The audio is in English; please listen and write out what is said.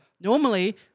Normally